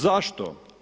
Zašto?